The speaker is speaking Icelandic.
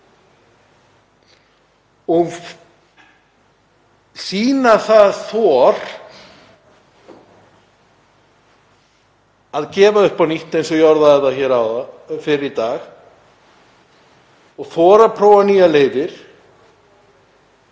og sýna það þor að gefa upp á nýtt, eins og ég orðaði það fyrr í dag, og þora að prófa nýjar leiðir